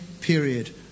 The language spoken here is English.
period